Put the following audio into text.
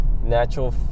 natural